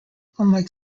unlike